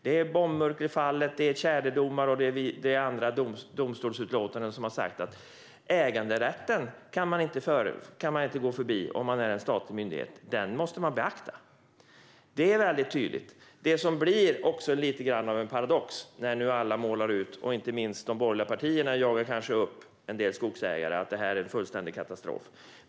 Det handlar om fallet med bombmurklan, tjäderdomar och andra domstolsutlåtanden som slår fast att en statlig myndighet inte kan gå förbi äganderätten. Den måste beaktas, och det är väldigt tydligt. Inte minst de borgerliga partierna jagar kanske upp en del skogsägare med att det här är fullständig katastrof.